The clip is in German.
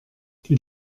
die